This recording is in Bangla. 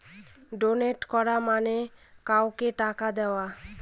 ডোনেট করা মানে কাউকে টাকা দেওয়া